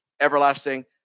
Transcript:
everlasting